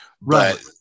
Right